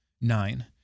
Nine